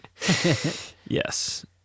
Yes